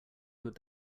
would